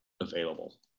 available